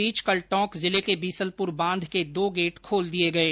इस बीच कल टोंक जिले के बीसलपुर बांध के दो गेट खोल दिये गये